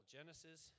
Genesis